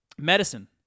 Medicine